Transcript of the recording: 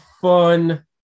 fun